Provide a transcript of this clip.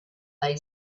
lay